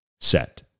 set